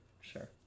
sure